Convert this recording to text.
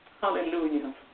Hallelujah